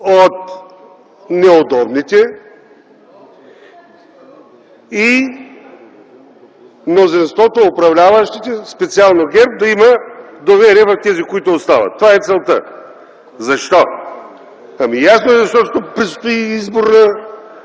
от неудобните и мнозинството, управляващите, специално ГЕРБ да има доверие в тези, които остават. Това е целта. Защо? Ами ясно е – защото предстои избор на